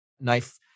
knife